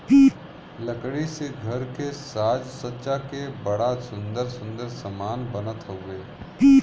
लकड़ी से घर के साज सज्जा के बड़ा सुंदर सुंदर समान बनत हउवे